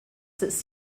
that